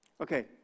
Okay